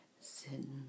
Sitting